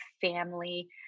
family